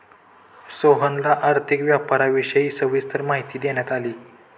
सोहनला आर्थिक व्यापाराविषयी सविस्तर माहिती देण्यात आली